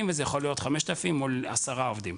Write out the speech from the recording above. וזה יכול להיות 5,000 מול עשרה עובדים.